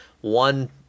one